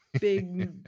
big